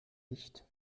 licht